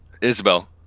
Isabel